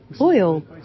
oil